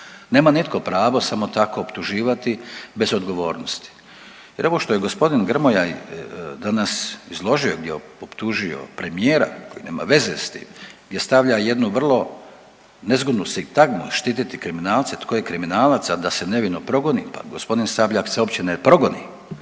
Nema nitko pravo samo tako optuživati bez odgovornosti. Jer ovo što je gospodin Grmoja danas izložio, gdje je optužio premijera koji nema veze s tim, gdje stavlja jednu vrlo nezgodnu sintagmu štititi kriminalce, tko je kriminalac, a da se nevino progoni. Pa gospodin Sabljak se uopće ne progoni.